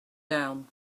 down